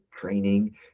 training